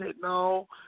no